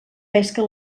pesca